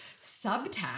subtext